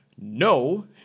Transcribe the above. No